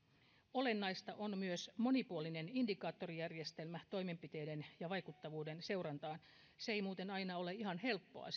olennaista on myös monipuolinen indikaattorijärjestelmä toimenpiteiden ja vaikuttavuuden seurantaan se osuvien indikaattoreitten luominen ei muuten aina ole ihan helppoa